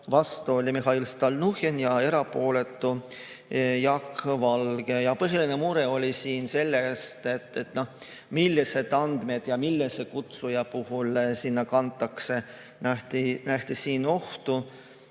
vastu oli Mihhail Stalnuhhin ja erapooletuks jäi Jaak Valge. Põhiline mure oli siin selles, millised andmed ja millise kutsuja puhul sinna kantakse, siin nähti